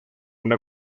una